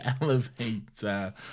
elevator